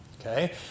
okay